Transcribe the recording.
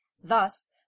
Thus